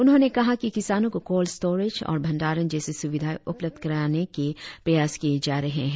उन्होंने कहा कि किसानों को कोल्ड स्टोरेज और भंडारण जैसी सुविधाएं उपलब्ध कराने के प्रयास किए जा रहे है